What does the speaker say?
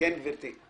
מדובר פה